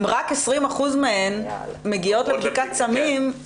אם רק 20% מהן מגיעות לבדיקת סמים,